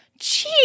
jeez